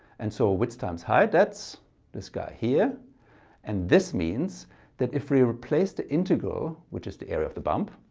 and so width times height. that's this guy here and this means that if we replace the integral which is the area of the bump